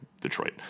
Detroit